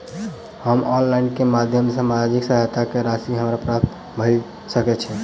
हम ऑनलाइन केँ माध्यम सँ सामाजिक सहायता केँ राशि हमरा प्राप्त भऽ सकै छै?